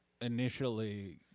initially